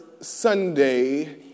Sunday